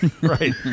Right